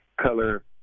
color